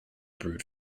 brute